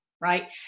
right